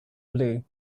blue